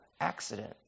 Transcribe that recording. accident